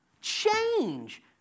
Change